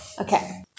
Okay